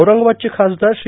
औरंगाबादचे खासदार श्री